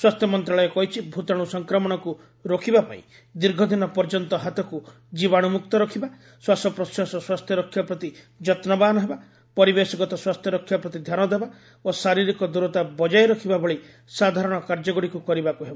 ସ୍ୱାସ୍ଥ୍ୟ ମନ୍ତ୍ରଣାଳୟ କହିଛି ଭୂତାଣୁ ସଂକ୍ରମଣକୁ ରୋକିବାପାଇଁ ଦୀର୍ଘଦିନ ପର୍ଯ୍ୟନ୍ତ ହାତକୁ ଜୀବାଣୁମୁକ୍ତ ରଖିବା ଶ୍ୱାସପ୍ରଶ୍ୱାସ ସ୍ୱାସ୍ଥ୍ୟରକ୍ଷା ପ୍ରତି ଯତ୍ନବାନ ହେବା ପରିବେଶଗତ ସ୍ୱାସ୍ଥ୍ୟରକ୍ଷା ପ୍ରତି ଧ୍ୟାନ ଦେବା ଓ ଶାରୀରିକ ଦୂରତା ବଜାୟ ରଖିବା ଭଳି ସାଧାରଣ କାର୍ଯ୍ୟଗୁଡ଼ିକୁ କରିବାକୁ ହେବ